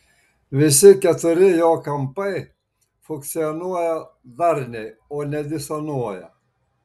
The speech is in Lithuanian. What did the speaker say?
visi keturi jo kampai funkcionuoja darniai o ne disonuoja